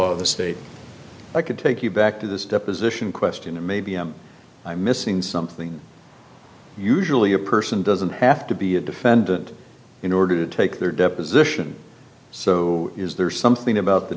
law of the state i could take you back to this deposition question and maybe i'm missing something usually a person doesn't have to be a defendant in order to take their deposition so is there something about the